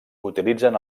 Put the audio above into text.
utilitzen